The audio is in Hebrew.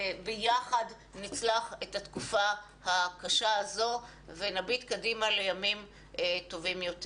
וביחד נצלח את התקופה הקשה הזו ונביט קדימה לימים טובים יותר.